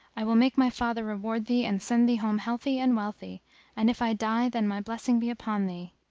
i will make my father reward thee and send thee home healthy and wealthy and, if i die, then my blessing be upon thee.